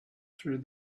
through